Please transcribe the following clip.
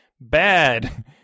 bad